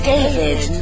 David